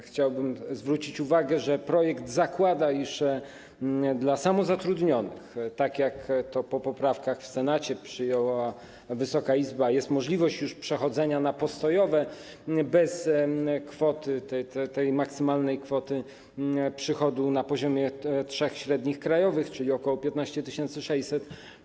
Chciałbym zwrócić uwagę, że projekt zakłada, iż dla samozatrudnionych, tak jak to po poprawkach w Senacie przyjęła Wysoka Izba, jest możliwość przechodzenia na postojowe bez maksymalnej kwoty przychodu na poziomie trzech średnich krajowych, czyli ok. 15 600.